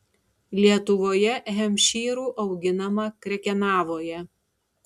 lietuvoje hempšyrų auginama krekenavoje